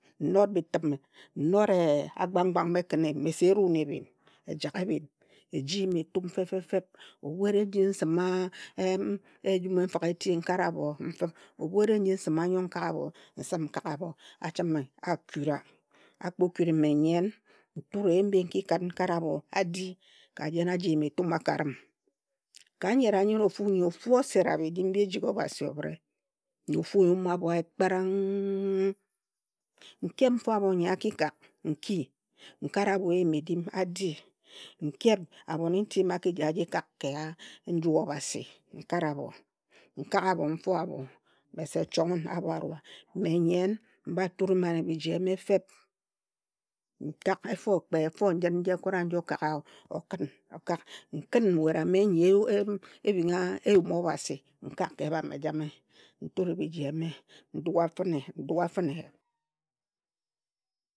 Nnot bitime, nnot agbangbang mma ekhin a eyim, me se eru wun ebhin. Ejag ebhin, eji yim etum fe feb. Ebhu eri nji nsim a em ejum nfigh eti nkara abho mfb, ebhu eri nji nsima anyong nkak abho nsim nkag abho, achime, akure. Akpo kuri, mme nyen nture eyim mbi nki khin nkare abho adi ka jen aji yim etum a karim. Nyera nyera ofu, ofu osera biji mbi ejigha Obhasi obhre. Na ofu nyume abho a yip kparang, nkeb nfo nyi abho nyi a ki keg nki, nkare abho eyim edim, adi nkeb abhon nti ma a ki ji aji kak ka nju Obhasi nkare abho, Nkag abho nfo abho, me se chong wun. Abho arua. Mme nyen mba nture mam biji eme feb. Nkak efo kpe efo njin nji ekora nji okagao okhin okag. Nkhin nwet ame nyi e u ebhinga eyum Obhasi nkag ka ebhan ejame. Nture biji eme. Ndua fine, ndua fine.